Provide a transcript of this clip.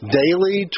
daily